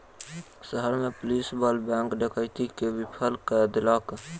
शहर में पुलिस बल बैंक डकैती के विफल कय देलक